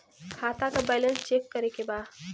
खाता का balance check करे के बा?